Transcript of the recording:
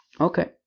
Okay